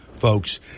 folks